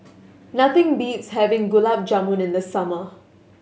nothing beats having Gulab Jamun in the summer